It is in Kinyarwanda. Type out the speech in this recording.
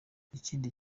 ikindi